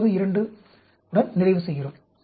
092 உடன் நிறைவு செய்கிறோம்